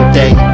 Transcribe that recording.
day